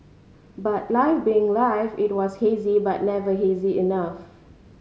but life being life it was hazy but never hazy enough